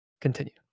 Continue